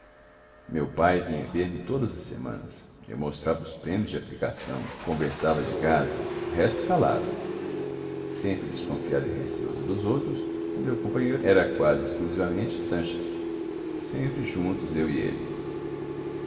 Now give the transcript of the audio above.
meu pai vinha ver-me todas as semanas eu mostrava os prêmios de aplicação conversava de casa o resto calava sempre desconfiado e receoso dos outros o meu companheiro era quase exclusivamente sanches sempre juntos eu e ele